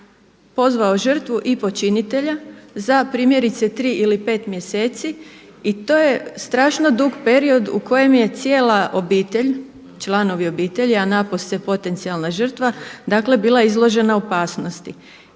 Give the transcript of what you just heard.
pozvao žrtvu i počinitelja za primjerice tri ili pet mjeseci i to je strašno dug period u kojem je cijela obitelj, članovi obitelji, a napose potencijalna žrtva bila izložena opasnosti.